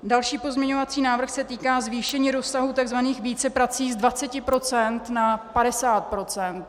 Další pozměňovací návrh se týká zvýšení rozsahu tzv. víceprací z 20 % na 50 %.